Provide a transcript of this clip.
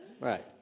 Right